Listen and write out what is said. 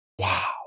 Wow